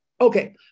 Okay